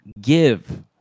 give